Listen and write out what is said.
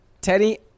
Teddy